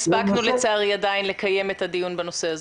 לצערי לא הספקנו לקיים את הדיון בנושא.